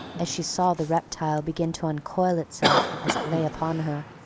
as she saw the reptile begin to uncoil itself, as it lay upon her.